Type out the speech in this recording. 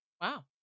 Wow